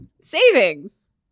Savings